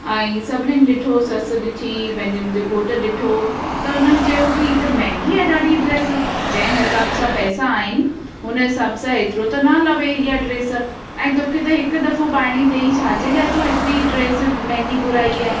ऐं सभिनीनि ॾिठो ससु ॾिठी पंहिंजे मुंहिंजे घोट ॾिठो त हुननि चयो कि ही त महांगी आहे ॾाढी ड्रेस जंहिं हिसाब सां पैसा आहिनि हुन हिसाब सां हेतिरो न लहे इहा ड्रेस ऐं तोखे त हिकु दफ़ो पाणी तई छाजे लाइ हेतिरी ड्रेस महांगी घुराई आहे